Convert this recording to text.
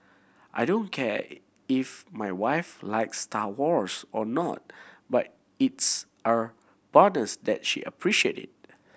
I don't care if my wife likes Star Wars or not but it's a bonus that she appreciate it